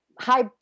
high